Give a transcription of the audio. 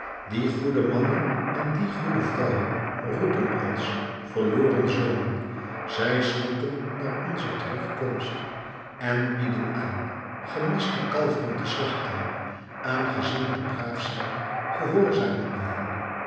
die goede mannen en die goede vrouwen roepen ons verloren zonen zij snakken naar onze terugkomst en bieden aan gemeste kalveren te slachten aangezien we braaf zijn gehoorzamen we hun